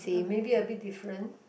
uh maybe a bit different